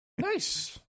Nice